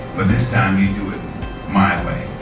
but this time you do it my way.